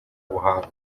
buhanga